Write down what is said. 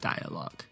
Dialogue